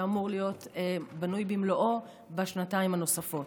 שאמור להיות בנוי במלואו בשנתיים הנוספות.